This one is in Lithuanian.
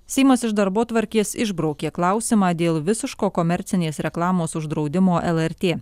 seimas iš darbotvarkės išbraukė klausimą dėl visiško komercinės reklamos uždraudimo lrt